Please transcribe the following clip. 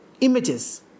images